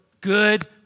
good